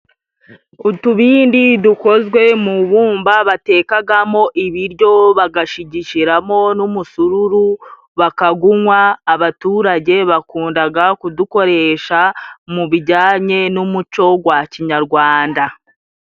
Utubindi dukozwe mu bumba batekagamo ibiryo, bagashigishimo n'umusururu bakagunywa, abaturage bakundaga kudukoresha mu bijyanye n'umuco gwa kinyarwanda.